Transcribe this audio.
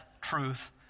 truth